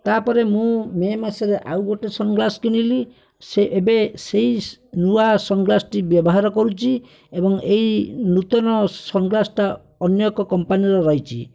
ତା'ପରେ ମୁଁ ମେ' ମାସରେ ଆଉ ଗୋଟେ ସନ୍ଗ୍ଳାସ୍ କିଣିଲି ସେ ଏବେ ସେହି ନୂଆ ସନ୍ଗ୍ଳାସ୍ଟି ବ୍ୟବହାର କରୁଛି ଏବଂ ଏହି ନୂତନ ସନ୍ଗ୍ଳାସ୍ଟା ଅନ୍ୟ ଏକ କମ୍ପାନୀର ରହିଛି